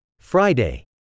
Friday